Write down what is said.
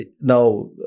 now